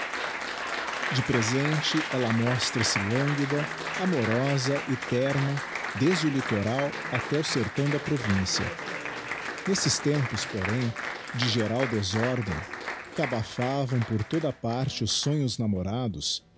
de presente ella mostra-se languida amorosa e terna desde o littoral até o sertão da província nesses tempos porém de geral desordem que abafavam por toda parte os sonhos namorados